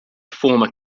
former